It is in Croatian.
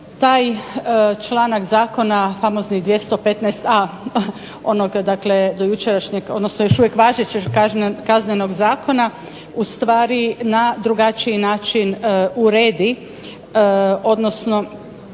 taj članak zakona famozni 215a. onoga dakle dojučerašnjeg odnosno još uvijek važećeg Kaznenog zakona u stvari na drugačiji način uredi, odnosno